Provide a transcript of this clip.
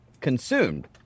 consumed